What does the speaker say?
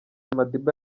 madiba